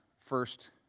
first